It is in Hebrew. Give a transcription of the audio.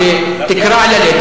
כשתכרע ללדת,